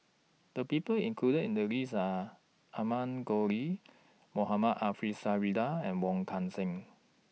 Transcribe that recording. The People included in The list Are Amanda Koe Lee Mohamed Ariff Suradi and Wong Kan Seng